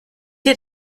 dir